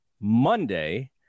Monday